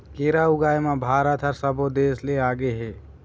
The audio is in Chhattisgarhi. केरा ऊगाए म भारत ह सब्बो देस ले आगे हे